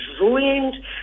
ruined